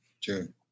June